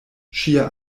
ŝia